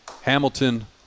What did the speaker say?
Hamilton